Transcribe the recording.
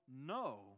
no